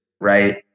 right